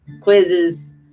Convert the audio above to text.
quizzes